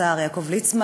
השר יעקב ליצמן,